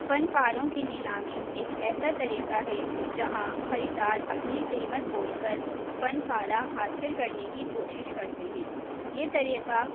فن پاروں کی نیلامی ایک ایسا طریقہ ہے جہاں خریدار اپنی قیمت بول کر فن پارہ حاصل کرنے کی کوشش کرتے ہیں یہ طریقہ